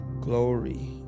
Glory